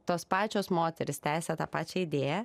tos pačios moterys tęsia tą pačią idėją